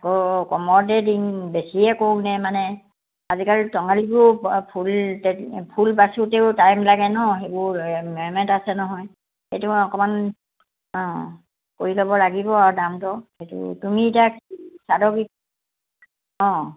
আকৌ কমতে দিম বেছিয়ে কৰোঁ নে মানে আজিকালি টঙালীবোৰ ফুল ফুল বাছোঁতেও টাইম লাগে ন সেইবোৰ মেহনত আছে নহয় সেইটো অকণমান অঁ কৰি ল'ব লাগিব আৰু দামটো সেইটো তুমি এতিয়া চাদৰ অঁ